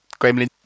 Gremlin